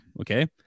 Okay